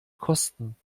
kosten